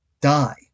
die